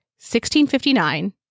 1659